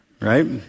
right